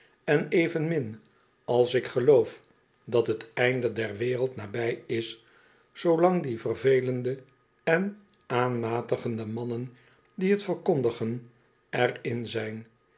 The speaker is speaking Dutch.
en evenmin als ik geloof dat t einde der wereld nabij is zoolang die vervelende en aanmatigende mannen die t verkondigen er in zijn